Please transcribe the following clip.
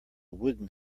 wooden